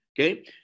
okay